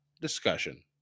discussion